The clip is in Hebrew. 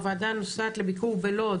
הוועדה נוסעת לביקור בלוד,